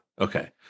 Okay